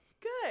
Good